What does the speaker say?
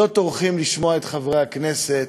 לא טורחים לשמוע את חברי הכנסת,